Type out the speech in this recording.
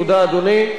תודה, אדוני.